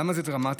למה זה דרמטי?